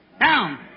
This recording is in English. Down